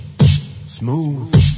Smooth